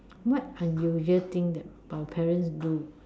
what unusual things that our parents do